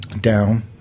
down